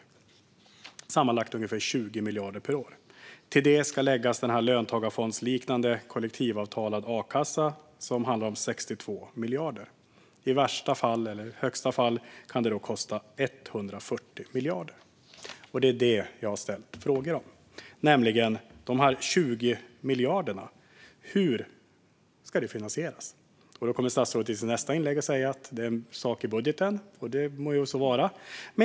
Det blir sammanlagt ungefär 20 miljarder per år. Till detta ska läggas den löntagarfondsliknande kollektivavtalade a-kassan, som handlar om 62 miljarder. I värsta fall, eller högsta fall, kan det då komma att kosta 140 miljarder. Det är detta jag har ställt frågor om, nämligen de här 20 miljarderna. Hur ska det här finansieras? Då kommer statsrådet i sitt nästa inlägg att säga att det är en sak i budgeten, och det må så vara.